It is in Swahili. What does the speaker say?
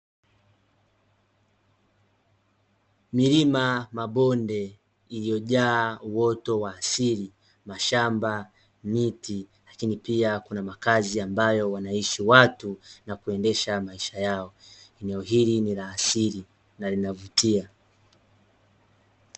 Milima, mabonde iliyojaa uoto wa asili mashamba, miti lakini pia kuna makazi ambayo wanaishi watu, na kuendesha maisha yao. Eneo hili nila asili na linavutia.